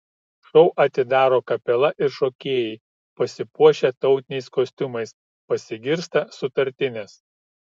šou atidaro kapela ir šokėjai pasipuošę tautiniais kostiumais pasigirsta sutartinės